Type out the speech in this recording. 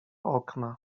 okna